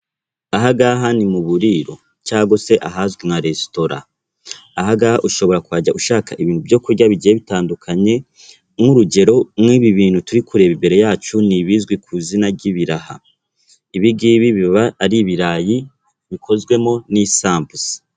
Aha ngaha ni mu buririro cyangwa se ahazwi nka resitora. ahangaha ushoborajya ushaka ibintu ibyo kurya bigiye bitandukanye nk'urugero nk'ibi bintu turi kureba imbere yacu ni ibizwi ku izina ry'ibiraha. Ibi ngibi biba ari ibirayi bikozwemo n'isambusa.